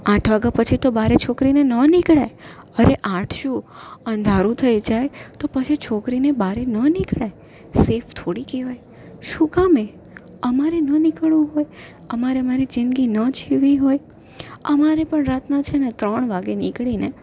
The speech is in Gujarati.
આઠ વાગા પછી તો બહાર છોકરીને ન નિકળાય અરે આઠ શું અંધારું થઈ જાય તો પછી છોકરીને બહાર ન નિકળાય સેફ થોડી કહેવાય શું કામ એ અમારે ન નીકળવું હોય અમારે અમારી જિંદગી ન જીવવી હોય અમારે પણ રાતના છેને ત્રણ વાગે નીકળીને